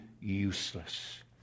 useless